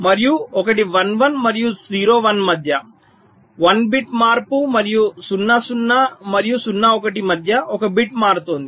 మరియు ఒకటి 1 1 మరియు 0 1 మధ్య 1 బిట్ మార్పు మరియు 0 0 మరియు 0 1 మధ్య 1 బిట్ మారుతోంది